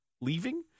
leaving